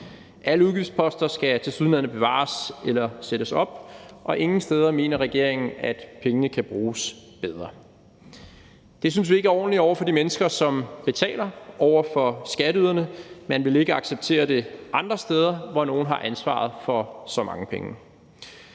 Alle udgiftsposter skal tilsyneladende bevares eller sættes op, og ingen steder mener regeringen at pengene kan bruges bedre. Det synes vi ikke er ordentligt over for de mennesker, der betaler, nemlig skatteyderne. Man ville ikke acceptere det andre steder, hvor man har ansvaret for så mange penge.